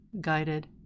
guided